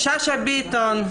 שאשא ביטון.